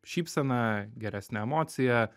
šypseną geresnę emociją